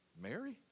Mary